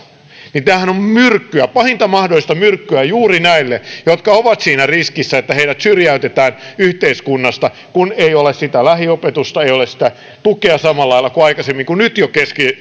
ovat myrkkyä pahinta mahdollista myrkkyä juuri näille jotka ovat siinä riskissä että heidät syrjäytetään yhteiskunnasta kun ei ole sitä lähiopetusta ei ole sitä tukea samalla lailla kuin aikaisemmin ja nyt jo